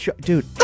dude